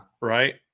Right